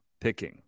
picking